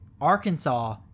Arkansas